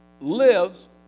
lives